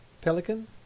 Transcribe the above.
pelican